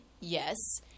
Yes